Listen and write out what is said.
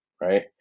right